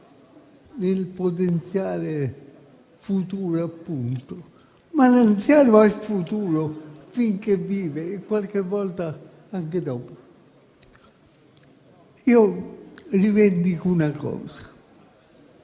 del potenziale futuro, ma l'anziano è il futuro finché vive e qualche volta anche dopo. Io rivendico una cosa.